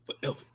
forever